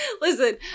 Listen